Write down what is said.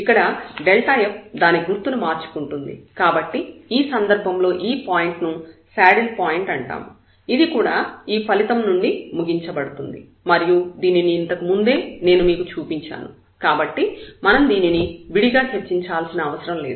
ఇక్కడ f దాని గుర్తును మార్చుకుంటుంది కాబట్టి ఈ సందర్భంలో ఈ పాయింట్ ను శాడిల్ పాయింట్ అంటాము ఇది కూడా ఈ ఫలితం నుండి ముగించబడుతుంది మరియు దీనిని ఇంతకుముందే నేను మీకు చూపించాను కాబట్టి మనం దీనిని విడిగా చర్చించాల్సిన అవసరం లేదు